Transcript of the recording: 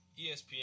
ESPN